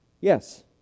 Yes